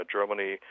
Germany